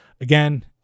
Again